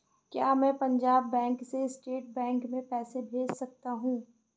क्या मैं पंजाब बैंक से स्टेट बैंक में पैसे भेज सकता हूँ?